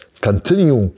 continue